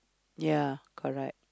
ya correct